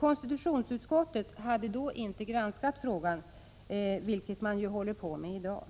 Konstitutionsutskottet hade då inte granskat frågan, vilket man håller på med i dag.